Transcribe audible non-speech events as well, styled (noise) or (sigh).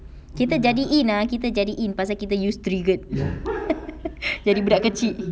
kita jadi in ah kita jadi in pasal kita use triggered (laughs) jadi budak kecil